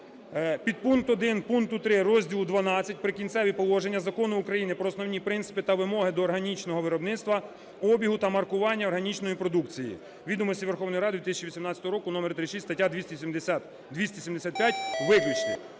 "Підпункт 1 пункту 3 розділу ХІІ "Прикінцеві положення" Закону України "Про основні принципи та вимоги до органічного виробництва, обігу та маркування органічної продукції" (Відомості Верховної Ради 2018 року № 36, стаття 275) виключити".